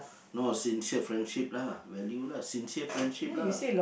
no sincere friendship lah value lah sincere friendship lah